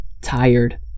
tired